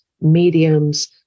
mediums